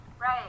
Right